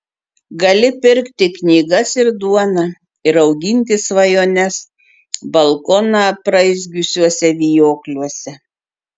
gali pirkti knygas ir duoną ir auginti svajones balkoną apraizgiusiuose vijokliuose